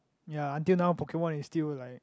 ya until now Pokemon is still like